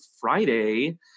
Friday